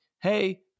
hey